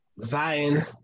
Zion